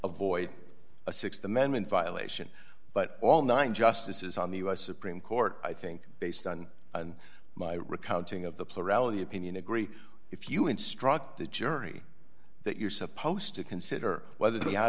avoid a th amendment violation but all nine justices on the u s supreme court i think based on my recounting of the plurality opinion agree if you instruct the jury that you're supposed to consider whether the out